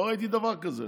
לא ראיתי דבר כזה.